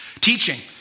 teaching